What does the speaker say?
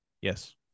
Yes